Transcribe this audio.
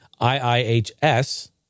IIHS